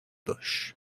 bush